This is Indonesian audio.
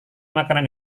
makanan